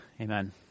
Amen